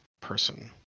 person